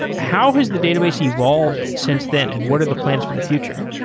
how has the database evolved since then and what are the plans for the future?